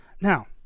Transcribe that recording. Now